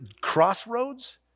crossroads